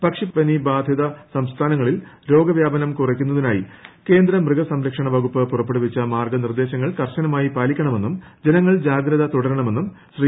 പക്ഷിപ്പനി ബാധിത സംസ്ഥാനങ്ങളിൽ രോഗവ്യാപനം കുറയ്ക്കുന്നതിനായി കേന്ദ്ര മൃഗസംരക്ഷണ വകുപ്പ് പുറപ്പെടുവിച്ച മാർഗ്ഗനിർദ്ദേശങ്ങൾ കർശനമായി പാലിക്കണമെന്നും ജനങ്ങൾ ജാഗ്രത തുടരണമെന്നും ശ്രീ